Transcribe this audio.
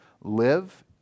live